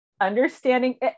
understanding